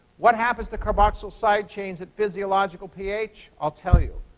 what happens to carboxyl side chains at physiological ph? i'll tell you.